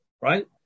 right